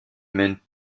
mène